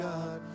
God